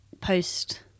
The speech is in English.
post